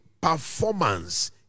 performance